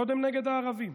קודם נגד הערבים,